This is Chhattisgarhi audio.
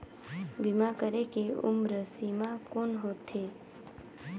बीमा करे के उम्र सीमा कौन होथे?